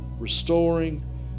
restoring